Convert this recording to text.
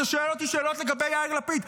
אתה שואל אותי שאלות לגבי יאיר לפיד,